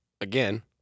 again